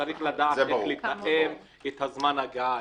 צריך לתאם את זמן ההגעה.